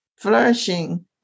flourishing